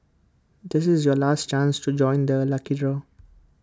this is your last chance to join the lucky draw